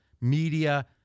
media